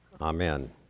amen